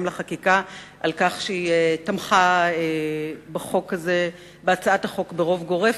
לחקיקה על כך שתמכה בהצעת החוק ברוב גורף,